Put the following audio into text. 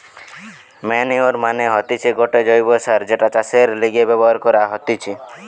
manure মানে হতিছে গটে জৈব্য সার যেটা চাষের লিগে ব্যবহার করা হতিছে